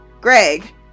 greg